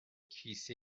کیسه